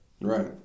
Right